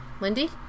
Lindy